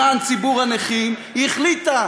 למען ציבור הנכים, היא החליטה